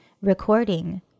recording